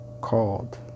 called